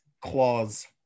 clause